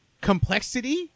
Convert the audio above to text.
complexity